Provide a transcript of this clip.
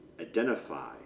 identify